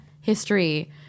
history